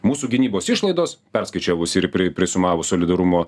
mūsų gynybos išlaidos perskaičiavus ir pri prisumavus solidarumo